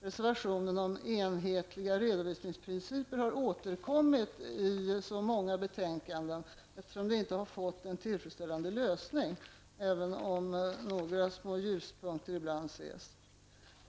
reservationen om enhetliga redovisningsprinciper har återkommit i så många betänkanden -- problemet har inte fått en tillfredsställande lösning, även om några små ljuspunkter ibland kan ses.